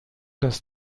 dass